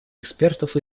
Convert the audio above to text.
экспертов